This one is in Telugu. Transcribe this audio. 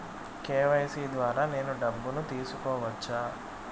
కె.వై.సి ద్వారా నేను డబ్బును తీసుకోవచ్చా?